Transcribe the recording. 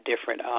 different